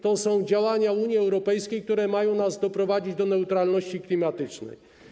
To są działania Unii Europejskiej, które mają nas doprowadzić do neutralności klimatycznej.